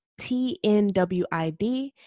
TNWID